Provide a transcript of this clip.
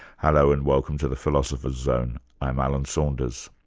hello, and welcome to the philosopher's zone, i'm alan saunders.